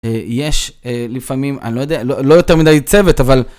יש לפעמים, אני לא יודע, לא יותר מדי צוות, אבל...